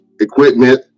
equipment